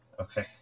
Okay